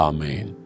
Amen